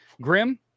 Grim